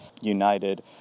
United